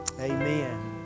Amen